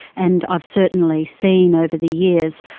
and i've certainly seen over the years,